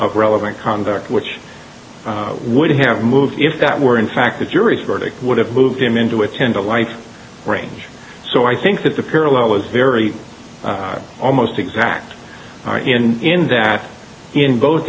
of relevant conduct which would have moved if that were in fact the jury's verdict would have moved him in to attend a life range so i think that the parallel is very almost exact in that in both